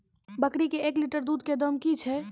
बकरी के एक लिटर दूध दाम कि छ?